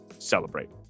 Celebrate